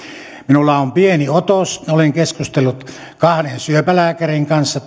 minulla on pieni otos olen keskustellut kahden syöpälääkärin kanssa